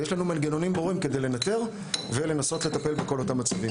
ויש לנו מנגנונים ברורים כדי לנטר וכדי לנסות לטפל בכל אותם מצבים.